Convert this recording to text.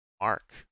Mark